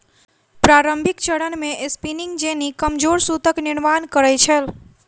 प्रारंभिक चरण मे स्पिनिंग जेनी कमजोर सूतक निर्माण करै छल